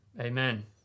Amen